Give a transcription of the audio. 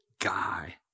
guy